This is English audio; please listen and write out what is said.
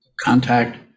contact